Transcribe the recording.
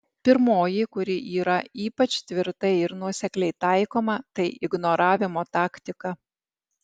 pirmoji kuri yra ypač tvirtai ir nuosekliai taikoma tai ignoravimo taktika